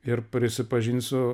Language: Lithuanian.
ir prisipažinsiu